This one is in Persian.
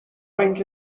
اینکه